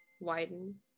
widen